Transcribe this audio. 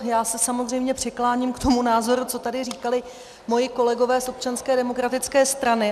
Já se samozřejmě přikláním k tomu názoru, co tu říkali moji kolegové z Občanské demokratické strany.